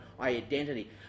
identity